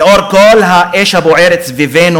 וזה הרגע שכל מנהיג וכל אחד צריך לשאול את